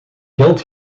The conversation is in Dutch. geld